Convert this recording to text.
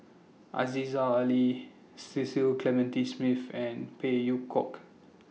Aziza Ali Cecil Clementi Smith and Phey Yew Kok